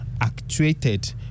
actuated